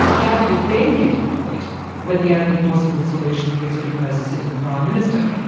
how did it then get to the point when the only possible solution was to depose a sitting prime minister,